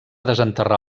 desenterrar